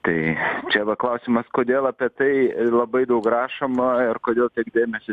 tai čia va klausimas kodėl apie tai labai daug rašoma ir kodėl tiek dėmesio